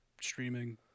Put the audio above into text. streaming